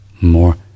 more